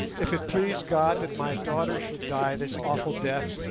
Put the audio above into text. if it please god that my daughter should die this awful death,